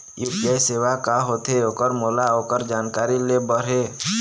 UPI सेवा का होथे ओकर मोला ओकर जानकारी ले बर हे?